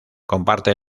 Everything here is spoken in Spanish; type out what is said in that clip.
comparte